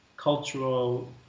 cultural